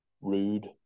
rude